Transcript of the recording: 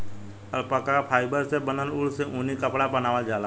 alpaca fibre से बनल ऊन से ऊनी कपड़ा बनावल जाला